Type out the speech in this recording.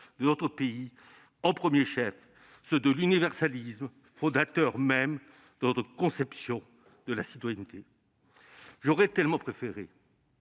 de notre pays, au premier chef ceux de l'universalisme, fondateur même de notre conception de la citoyenneté. J'aurais tellement préféré